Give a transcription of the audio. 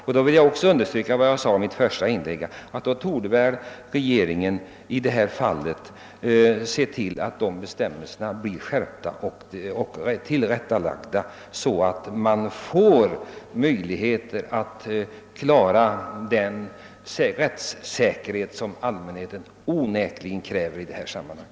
Jag vill understryka vad jag också sade i mitt första inlägg, nämligen att regeringen i detta fall är skyldig att se till att bestämmelserna blir skärpta och efterföljs så att de möjliggör den rättssäkerhet som allmänheten onekligen har rätt att kräva i detta sammanhang.